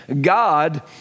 God